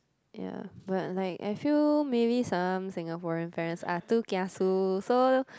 ya but like I feel maybe some Singaporean parents are too kiasu so